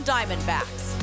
Diamondbacks